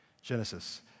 Genesis